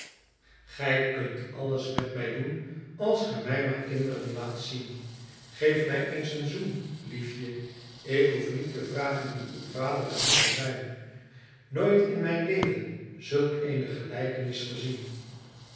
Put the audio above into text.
gij kunt alles met mij doen als ge mij maar kinderen laat zien geef mij eens een zoen liefje ik behoef niet te vragen wie uw vader en moeder zijn nooit in mijn leven zulk eene gelijkenis gezien